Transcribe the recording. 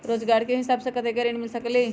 रोजगार के हिसाब से कतेक ऋण मिल सकेलि?